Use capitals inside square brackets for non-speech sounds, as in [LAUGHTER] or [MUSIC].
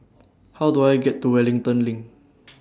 How Do I get to Wellington LINK [NOISE]